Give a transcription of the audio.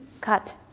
cut